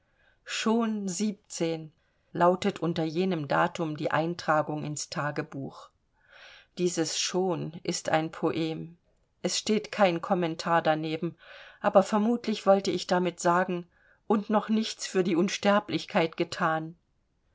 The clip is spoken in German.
schon siebzehn lautet unter jenem datum die eintragung ins tagebuch dieses schon ist ein poem es steht kein kommentar daneben aber vermutlich wollte ich damit sagen und noch nichts für die unsterblichkeit gethan